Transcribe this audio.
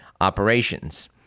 operations